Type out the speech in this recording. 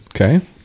Okay